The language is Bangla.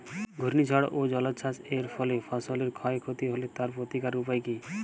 ঘূর্ণিঝড় ও জলোচ্ছ্বাস এর ফলে ফসলের ক্ষয় ক্ষতি হলে তার প্রতিকারের উপায় কী?